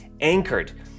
Anchored